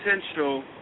potential